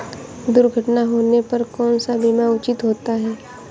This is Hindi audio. दुर्घटना होने पर कौन सा बीमा उचित होता है?